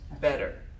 better